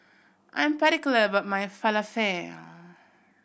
I'm particular about my Falafel